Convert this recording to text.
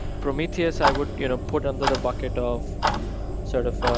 prometheus, i would you know put under the bucket of sort of